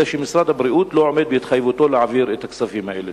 אלא שמשרד הבריאות לא עומד בהתחייבותו להעביר את הכספים האלה?